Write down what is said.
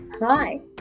Hi